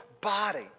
body